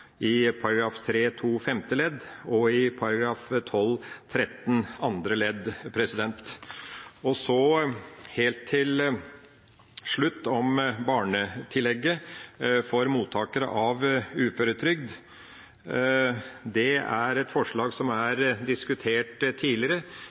femte ledd og § 12-13 andre ledd. Så helt til slutt om barnetillegget for mottakere av uføretrygd: Det er et forslag som er diskutert tidligere.